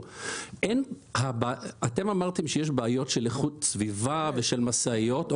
אתם אמרתם שיש בעיות של איכות סביבה ושל משאיות.